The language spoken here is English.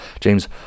James